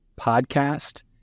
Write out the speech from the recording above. podcast